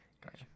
Gotcha